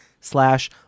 slash